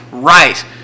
Right